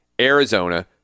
Arizona